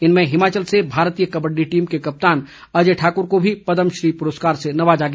इनमें हिमाचल से भारतीय कबड्डी टीम के कप्तान अजय ठाकुर को भी पदमश्री पुरस्कार से नवाजा गया